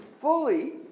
fully